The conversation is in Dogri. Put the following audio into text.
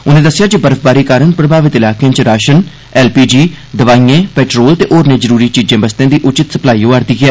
उन्ने दस्सेआ जे बर्फबारी कारण प्रभावित इलाकें च राशन एलपीजी दवाईएं पेट्रोल ते होरनें जरूरी चीजें बस्तें दी उचित सप्लाई होआ' रदी ऐ